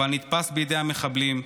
אבל נתפס בידי המחבלים,